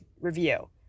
review